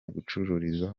gucururiza